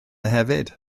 hefyd